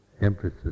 emphasis